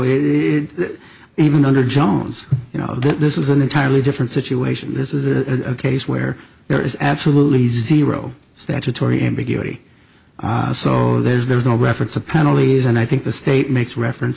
it even under john's you know this is an entirely different situation this is a case where there is absolutely zero statutory ambiguity so there's there's no reference a panel is and i think the state makes reference